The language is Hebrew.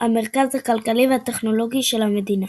המרכז הכלכלי והטכנולוגי של המדינה.